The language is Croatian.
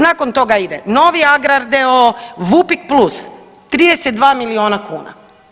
Nakon toga ide Novi Agrar d.o.o., Vupik plus, 32 milijuna kuna.